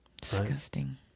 Disgusting